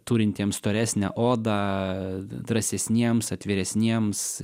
turintiems storesnę odą drąsesniems atviresniems